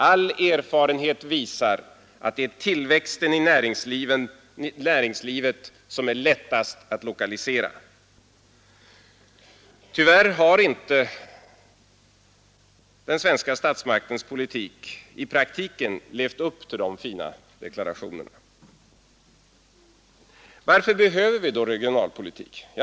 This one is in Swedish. All erfarenhet visar att det är tillväxten i näringslivet som är lättast att lokalisera.” Tyvärr har inte den svenska statsmaktens politik i praktiken levt upp till de fina deklarationerna. Varför behöver vi regionalpolitik?